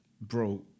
Bro